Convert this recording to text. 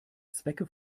zwecke